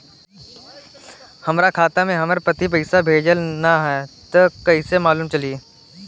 हमरा खाता में हमर पति पइसा भेजल न ह त कइसे मालूम चलि?